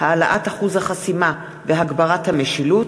(העלאת אחוז החסימה והגברת המשילות),